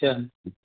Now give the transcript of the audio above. चरण